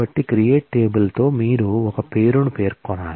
కాబట్టి create table తో మీరు ఒక పేరును పేర్కొనాలి